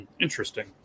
Interesting